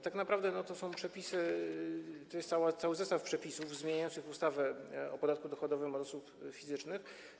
Tak naprawdę to są przepisy, to jest cały zestaw przepisów zmieniających ustawę o podatku dochodowym od osób fizycznych.